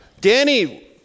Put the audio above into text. Danny